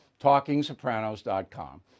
TalkingSopranos.com